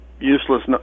useless